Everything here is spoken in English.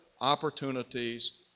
opportunities